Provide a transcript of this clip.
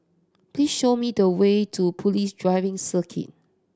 please show me the way to Police Driving Circuit